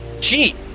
Cheat